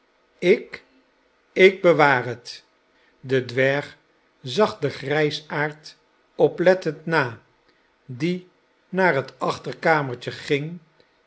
ik ik bewaar het de dwerg zag den grijsaard oplettend na die naar het achterkamertje ging